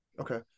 Okay